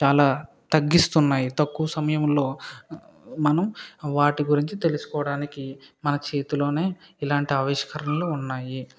చాలా తగ్గిస్తున్నాయి తక్కువ సమయంలో మనం వాటి గురించి తెలుసుకోవడానికి మన చేతిలోనే ఇలాంటి ఆవిష్కరణలు ఉన్నాయి